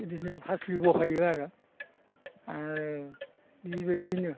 बेदिनो फास्लि बहायो आरो आरो बेबायदिनो